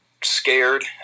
scared